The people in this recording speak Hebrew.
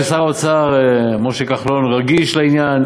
שר האוצר משה כחלון רגיש לעניין,